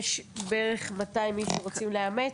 יש בערך 200 איש שרוצים לאמץ?